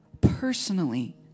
personally